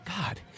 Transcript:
God